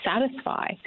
satisfy